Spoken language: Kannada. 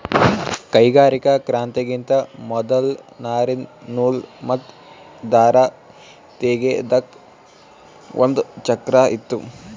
ಕೈಗಾರಿಕಾ ಕ್ರಾಂತಿಗಿಂತಾ ಮೊದಲ್ ನಾರಿಂದ್ ನೂಲ್ ಮತ್ತ್ ದಾರ ತೇಗೆದಕ್ ಒಂದ್ ಚಕ್ರಾ ಇತ್ತು